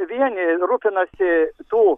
vieni rūpinasi tų